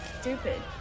stupid